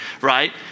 right